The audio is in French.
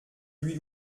lui